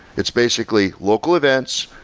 it's basically local events,